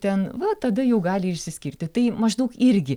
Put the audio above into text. ten va tada jau gali išsiskirti tai maždaug irgi